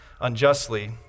unjustly